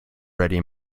ready